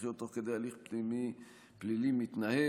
אזרחיות תוך כדי הליך פלילי מתנהל.